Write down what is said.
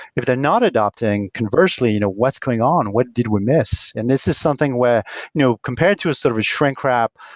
if they're not adopting conversely, you know what's going on? what did we miss? and this is something where compared to a sort of a shrink wrap,